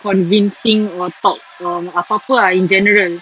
convincing or talk or apa apa ah in general